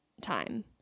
time